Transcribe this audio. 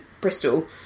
Bristol